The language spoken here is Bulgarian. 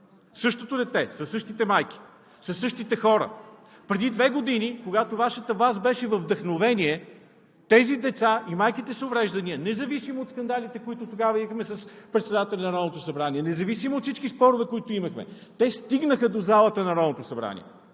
същото дете със същите майки, със същите хора. Преди две години, когато Вашата власт беше във вдъхновение, тези деца и майките с увреждания, независимо от скандалите, които тогава имахме с председателя на Народното събрание, независимо от всички спорове, които имахме, стигнаха до залата на Народното събрание.